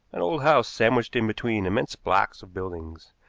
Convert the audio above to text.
an old house sandwiched in between immense blocks of buildings,